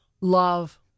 love